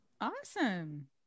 Awesome